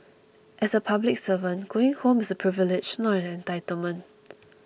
as a public servant going home is a privilege not an entitlement